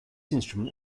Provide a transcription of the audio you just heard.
instrument